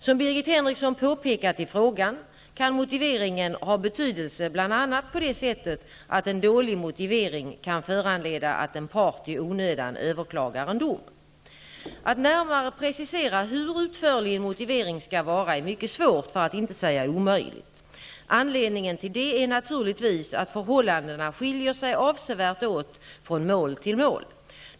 Som Birgit Henriksson påpekat i frågan kan motiveringen ha betydelse bl.a. på det sättet att en dålig motivering kan föranleda att en part i onödan överklagar en dom. Att närmare precisera hur utförlig en motivering skall vara är mycket svårt, för att inte säga omöjligt. Anledningen till det är naturligtvis att förhållandena skiljer sig avsevärt åt från mål till mål.